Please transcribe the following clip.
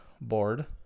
board